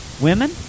Women